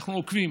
אנחנו עוקבים,